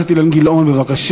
חבר הכנסת אילן גילאון, בבקשה.